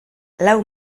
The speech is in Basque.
lau